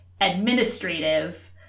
administrative